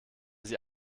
sie